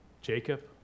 Jacob